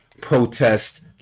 Protest